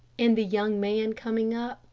and the young man coming up,